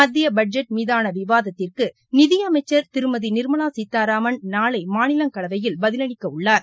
மத்திய பட்ஜெட் மீதாள விவாதத்திற்கு நிதியளமச்சர் திருமதி நிர்மலா சீதூராமன் நாளை மாநிலங்களவையில் பதிலளிக்க உள்ளார்